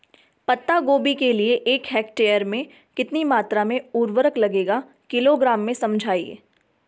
पत्ता गोभी के लिए एक हेक्टेयर में कितनी मात्रा में उर्वरक लगेगा किलोग्राम में समझाइए?